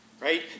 right